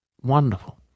wonderful